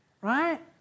right